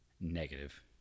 Negative